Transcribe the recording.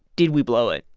did we blow it?